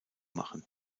machen